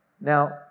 Now